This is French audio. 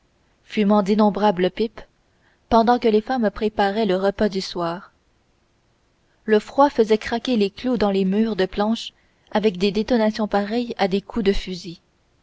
fumant d'innombrables pipes pendant que les femmes préparaient le repas du soir le froid faisait craquer les clous dans les murs de planches avec des détonations pareilles à des coups de fusil